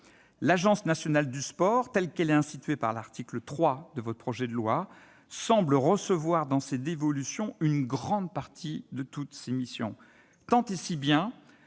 L'Agence nationale du sport, telle qu'elle est instituée par l'article 3 du présent projet de loi, semble recevoir dans ses dévolutions une grande partie de toutes ces missions, tant et si bien